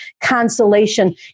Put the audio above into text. consolation